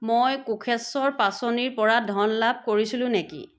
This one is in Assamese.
মই কোষেশ্বৰ পাচনিৰ পৰা ধন লাভ কৰিছিলোঁ নেকি